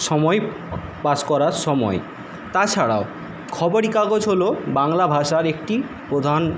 সময় পাস করার সময় তাছাড়াও খবরের কাগজ হল বাংলা ভাষার একটি প্রধান